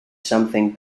something